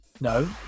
No